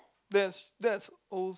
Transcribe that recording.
that's that's also